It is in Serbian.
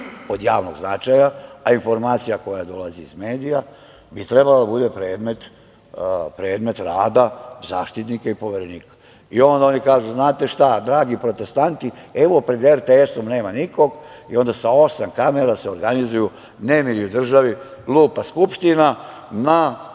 od javnog značaja, a informacija koja dolazi iz medija bi trebala da bude predmet rada Zaštitnika i Poverenika, i onda oni kažu – znate šta, dragi protestanti, evo pred RTS-om nema nikog i onda sa osam kamera se organizuju nemiri u državi, lupa Skupština, na